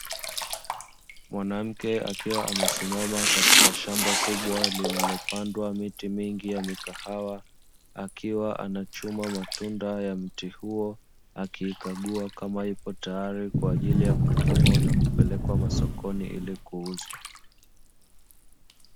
Mwanamke akiwa amesimama katika shamba kubwa lililopandwa miti mingi ya mikahawa akiwa anachuma matunda ya mti huo, akiikaguwa kama ipo tayari kwa ajili ya kuvunwa na kupelekwa masokoni ili kuuzwa.